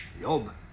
Job